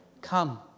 Come